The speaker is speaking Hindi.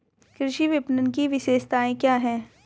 कृषि विपणन की विशेषताएं क्या हैं?